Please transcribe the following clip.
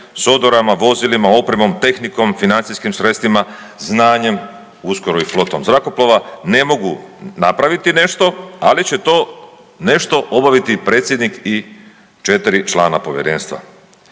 s odorama, vozilima, opremom, tehnikom, financijskim sredstvima, znanjem, uskoro i flotom zrakoplova, ne mogu napraviti nešto, ali će to nešto obaviti predsjednik i četri člana povjerenstva.